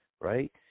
right